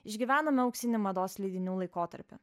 išgyvenome auksinį mados leidinių laikotarpį